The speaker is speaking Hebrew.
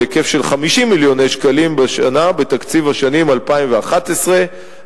בהיקף של 50 מיליוני שקלים בשנה בתקציב השנים 2011 ו-2012.